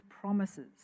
promises